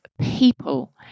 people